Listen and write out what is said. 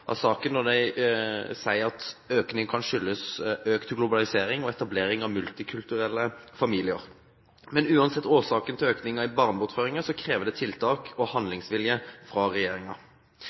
av saken når de sier at økningen kan skyldes økt globalisering og etablering av multikulturelle familier. Men uansett årsaken til økningen i barnebortføringer, krever det tiltak og handlingsvilje fra